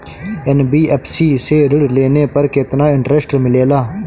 NBFC से ऋण लेने पर केतना इंटरेस्ट मिलेला?